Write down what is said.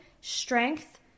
strength